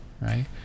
right